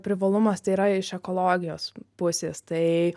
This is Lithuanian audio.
privalumas tai yra iš ekologijos pusės tai